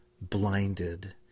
blinded